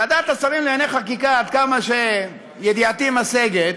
ועדת השרים לענייני חקיקה, עד כמה שידיעתי משגת,